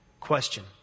Question